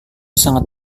sangat